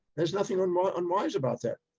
there's nothing unwise unwise about that,